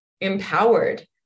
Empowered